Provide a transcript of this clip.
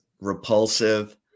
repulsive